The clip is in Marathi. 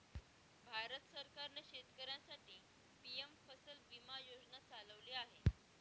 भारत सरकारने शेतकऱ्यांसाठी पी.एम फसल विमा योजना चालवली आहे